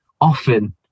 often